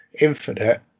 Infinite